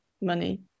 money